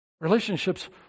Relationships